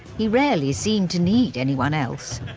he rarely seemed to need anyone else,